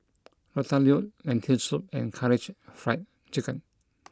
Ratatouille Lentil Soup and Karaage Fried Chicken